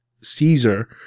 Caesar